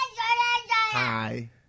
Hi